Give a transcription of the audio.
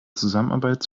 zusammenarbeit